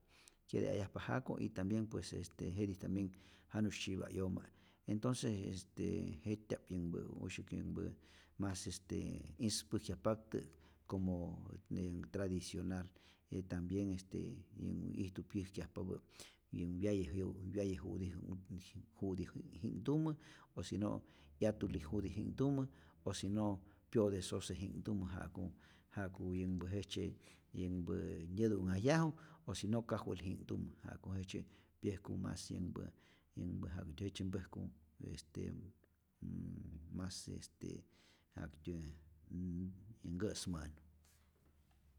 Kyeteayajpa jako' y tambien pues este jetij tambien janu'sy tzyi'pa 'yoma', entonces este jet'tya'p este usyäk yänhpä mas este ispäjkyajpaptä como yän tradicional y tambien este yän ijtu pyäjkyajpapä' yän wyaye jyo wyaye ju'ti ji ' ji ' ji ' ju'ti ji jiknhtumä, o si no 'yatuli ju'ti'ji'knhtumä o si no pyo'te soseji'nhtumä ja'ku ja'ku yänhpä jejtzye yänhpä nyätu'nhajyaju o si no kajwelji'knhtumä, ja'ku jejtzye pyäjku mas yänhpä yanhpä ja'ku jejtzye mpäjku este mas este mas wa'ktyä nkä's mä'nu.